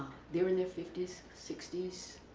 they're in their fifty s, sixty s.